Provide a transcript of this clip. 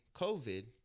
COVID